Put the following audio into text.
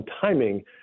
timing